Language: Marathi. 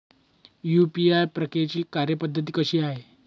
यू.पी.आय प्रक्रियेची कार्यपद्धती कशी आहे?